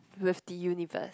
with the universe